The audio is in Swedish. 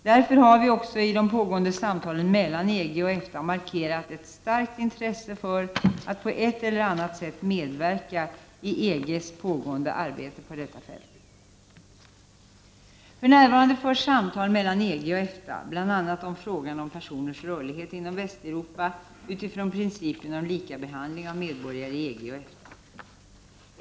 Därför har vi också i de pågående samtalen mellan EG och EFTA markerat ett starkt intresse för att på ett eller annat sätt medverka i EG:s pågående arbete på detta fält. För närvarande förs samtal mellan EG och EFTA bl.a. om frågan om personers rörlighet inom Västeuropa utifrån principen om likabehandling av medborgare i EG och EFTA.